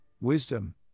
wisdom